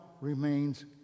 remains